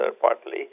partly